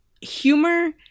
humor